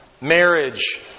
Marriage